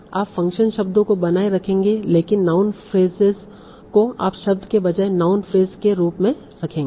आप फ़ंक्शन शब्दों को बनाए रखेंगे लेकिन नाउन फ्रसेस को आप शब्द के बजाय नाउन फ्रेज के रूप में रखेंगे